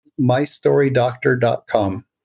mystorydoctor.com